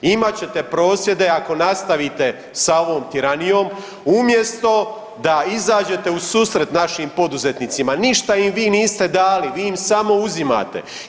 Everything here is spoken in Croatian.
Imat ćete prosvjede ako nastavite sa ovom tiranijom umjesto da izađete u susret našim poduzetnicima, ništa im vi niste dali, vi im samo uzimate.